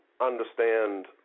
understand